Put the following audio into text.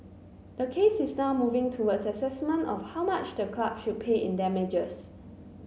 the case is now moving towards assessment of how much the club should pay in damages